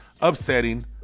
upsetting